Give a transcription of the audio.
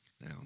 now